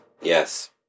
Yes